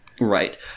Right